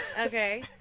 Okay